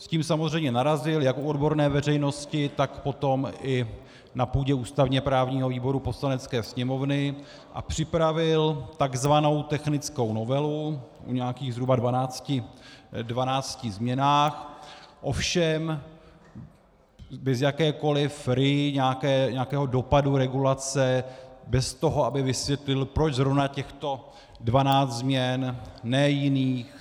S tím samozřejmě narazil jak u odborné veřejnosti, tak potom i na půdě ústavněprávního výboru Poslanecké sněmovny a připravil takzvanou technickou novelu u nějakých zhruba dvanácti změn, ovšem bez jakékoliv RIA, nějakého dopadu regulace, bez toho, aby vysvětlil, proč zrovna těchto dvanáct změn, a ne jiných.